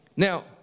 Now